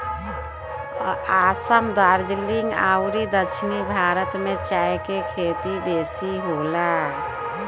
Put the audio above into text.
असाम, दार्जलिंग अउरी दक्षिण भारत में चाय के खेती बेसी होला